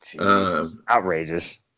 Outrageous